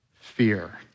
fear